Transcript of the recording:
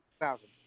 thousand